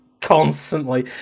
constantly